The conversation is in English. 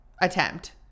attempt